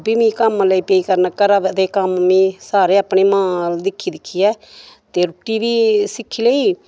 भी में कम्म लेई पेई करन घरा दा दे कम्म में सारे अपनी मां अल दिक्खी दिक्खियै ते रुट्टी बी सिक्खी लेई